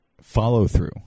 follow-through